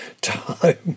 time